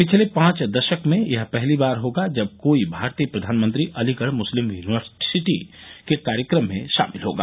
पिछले पांच दशक में यह पहली बार होगा जब कोई भारतीय प्रधानमंत्री अलीगढ़ मुस्लिम यूनिवर्सिटी के कार्यक्रम में शामिल होगा